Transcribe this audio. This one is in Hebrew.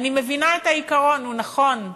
אני מבינה את העיקרון, הוא נכון,